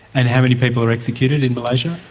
and how many people are executed in malaysia?